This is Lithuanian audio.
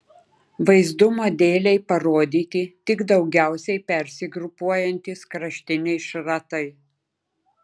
vaizdumo dėlei parodyti tik daugiausiai persigrupuojantys kraštiniai šratai